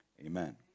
Amen